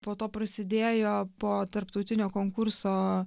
po to prasidėjo po tarptautinio konkurso